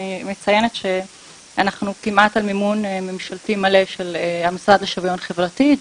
אני מציינת שאנחנו כמעט על מימון ממשלתי מלא של המשרד לשוויון חברתי,